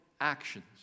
actions